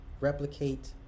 replicate